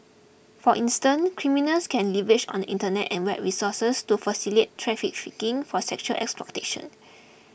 for instance criminals can leverage on the Internet and web resources to facilitate trafficking for sexual exploitation